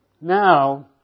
Now